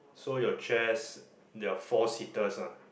so your chairs they are four seaters ah